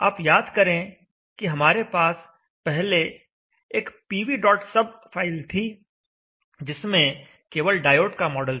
आप याद करें कि हमारे पास पहले एक pvsub फाइल थी जिसमें केवल डायोड का मॉडल था